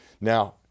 Now